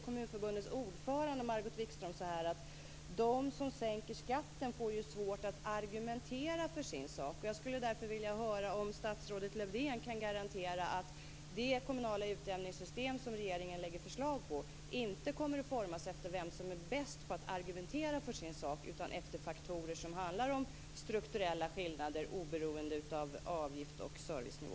Kommunförbundets ordförande, Margot Wikström, säger att de som sänker skatten får svårt att argumentera för sin sak. Jag skulle därför vilja höra om statsrådet Lövdén kan garantera att det kommunala utjämningssystem som regeringen lägger fram förslag om inte kommer att formas efter vem som är bäst på att argumentera för sin sak, utan efter faktorer som handlar om strukturella skillnader oberoende av avgift och servicenivå.